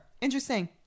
Interesting